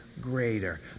greater